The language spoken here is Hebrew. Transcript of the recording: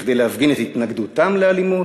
כדי להפגין התנגדותם לאלימות,